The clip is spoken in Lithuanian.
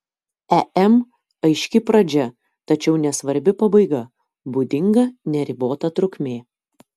em aiški pradžia tačiau nesvarbi pabaiga būdinga neribota trukmė